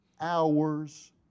hours